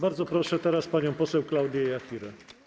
Bardzo proszę teraz panią poseł Klaudię Jachirę.